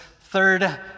third